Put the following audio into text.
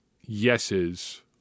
yeses